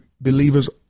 believers